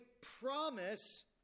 promise